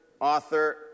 author